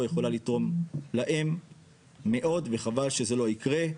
יכולה לתרום להם מאוד וחבל שזה לא יקרה,